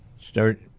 start